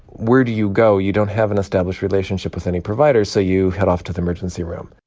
where do you go? you don't have an established relationship with any provider, so you head off to the emergency room.